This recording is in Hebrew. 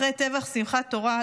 אחרי טבח שמחת תורה,